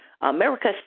America